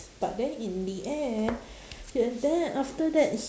but then in the end and then after that h~